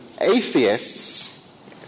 atheists